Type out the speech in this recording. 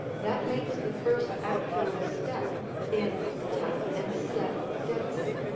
that makes the first actual step in tap and step dancing.